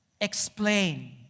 explain